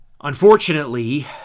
Unfortunately